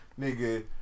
Nigga